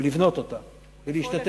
לבנות אותה ולהשתתף,